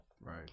right